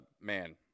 man